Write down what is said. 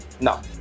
No